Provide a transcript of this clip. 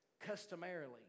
customarily